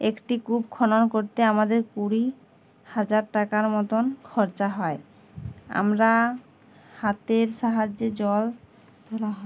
একটি কূপ খনন করতে আমাদের কুড়ি হাজার টাকার মতন খরচা হয় আমরা হাতের সাহায্যে জল ধর